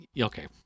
Okay